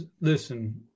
listen